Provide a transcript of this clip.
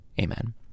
Amen